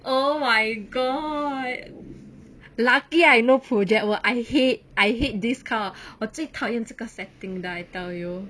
oh my god lucky I no project work I hate I hate this kind of 我最讨厌这个 setting 的 I tell you